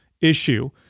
issue